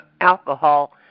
alcohol